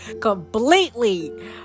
completely